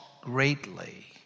greatly